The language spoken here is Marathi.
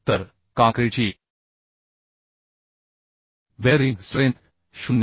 तर काँक्रीटची बेअरिंग स्ट्रेंथ 0